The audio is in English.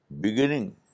beginning